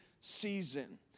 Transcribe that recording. season